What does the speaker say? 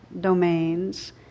domains